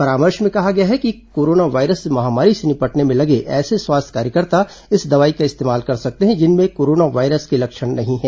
परामर्श में कहा गया है कि कोरोना वायरस महामारी से निपटने में लगे ऐसे स्वास्थ्य कार्यकर्ता इस दवाई का इस्तेमाल कर सकते हैं जिनमें कोरोना वायरस के लक्षण नहीं है